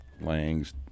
lang's